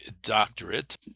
doctorate